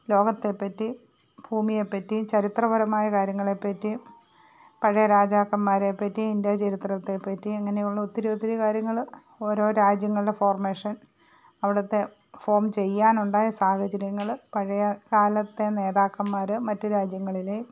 ലോകത്തെ പറ്റി ഭൂമിയെ പറ്റി ചരിത്രപരമായകാര്യങ്ങളെ പറ്റി പഴയ രാജാക്കന്മാരെ പറ്റി ഇൻഡ്യ ചരിത്രത്തെ പറ്റി അങ്ങനെയുള്ള ഒത്തിരിയൊത്തിരി കാര്യങ്ങൾ ഓരോ രാജ്യങ്ങളുടെ ഫോർമേഷൻ അവിടുത്തെ ഫോം ചെയ്യാനുണ്ടായ സാഹചര്യങ്ങൾ പഴയ കാലത്തെ നേതാക്കന്മാർ മറ്റു രാജ്യങ്ങളിലെ